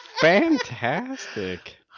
Fantastic